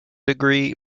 degree